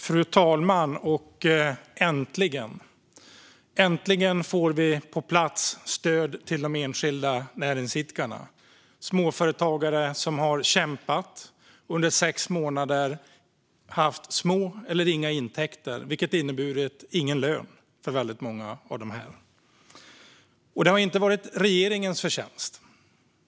Fru talman! Äntligen! Äntligen får vi stöd till de enskilda näringsidkarna på plats! Det är småföretagare som har kämpat under sex månader och som har haft små eller inga intäkter, vilket för många har inneburit ingen lön. Det har inte varit regeringens förtjänst.